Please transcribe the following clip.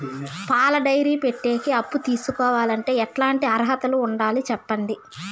పాల డైరీ పెట్టేకి అప్పు తీసుకోవాలంటే ఎట్లాంటి అర్హతలు ఉండాలి సెప్పండి?